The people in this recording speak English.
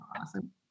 awesome